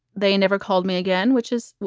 they never called me again, which is,